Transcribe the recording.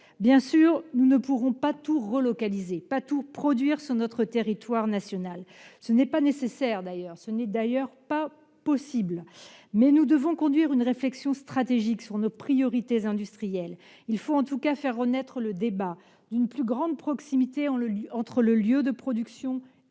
Bien sûr, nous ne pourrons pas tout relocaliser, tout produire sur notre territoire national. Cela n'est d'ailleurs pas nécessaire ni possible, mais nous devons conduire une réflexion stratégique sur nos priorités industrielles. Il faut en tout cas faire renaître le débat sur une plus grande proximité entre le lieu de production et le consommateur